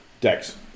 Dex